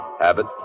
Habit